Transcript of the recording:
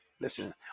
Listen